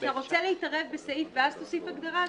אתה רוצה להתערב בסעיף ואז תוסיף הגדרה?